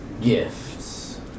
gifts